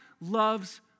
loves